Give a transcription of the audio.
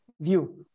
view